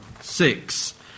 six